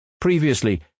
Previously